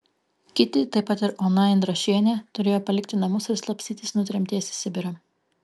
kiti taip pat ir ona indrašienė turėjo palikti namus ir slapstytis nuo tremties į sibirą